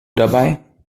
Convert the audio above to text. dabei